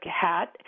hat